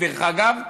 דרך אגב,